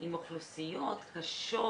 עם אוכלוסיות קשות,